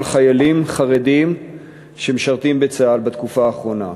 חיילים חרדים שמשרתים בצה"ל בתקופה האחרונה,